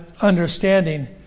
understanding